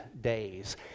days